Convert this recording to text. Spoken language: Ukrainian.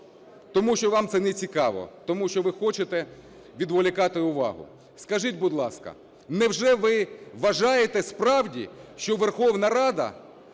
Тому що вам це нецікаво. Тому що ви хочете відволікати увагу. Скажіть, будь ласка, невже ви вважаєте справді, що Верховна Рада